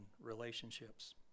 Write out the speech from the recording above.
relationships